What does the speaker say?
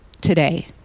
today